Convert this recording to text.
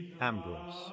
Ambrose